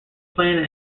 plan